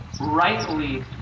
rightly